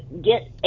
get